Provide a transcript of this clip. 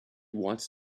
wants